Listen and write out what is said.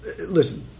Listen